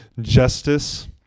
justice